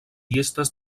llistes